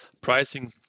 pricing